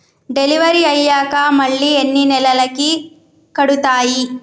Delivery అయ్యాక మళ్ళీ ఎన్ని నెలలకి కడుతాయి?